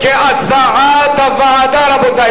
קבוצת סיעת חד"ש,